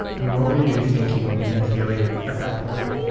and what were you thinking and feeling at that point?